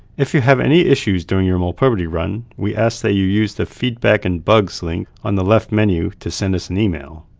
if you have any issues during your molprobity run, we ask that you use the feedback and bugs link on the left menu to send us an email.